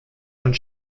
und